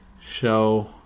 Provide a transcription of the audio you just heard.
show